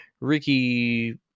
Ricky